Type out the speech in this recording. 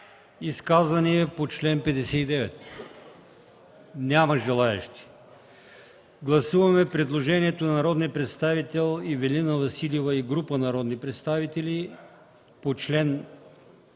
Изказвания по чл. 60? Няма желаещи. Гласуваме предложението на народния представител Ивелина Василева и група народни представители по чл.